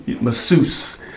masseuse